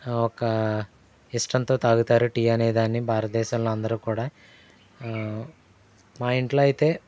ఒక ఇష్టంతో తాగుతారు టీ అనే దాన్ని భారతదేశంలో అందరు కూడా మా ఇంట్లో అయితే